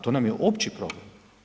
To nam je opći problem.